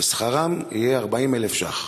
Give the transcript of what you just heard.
ושכרם יהיה 40,000 שקל.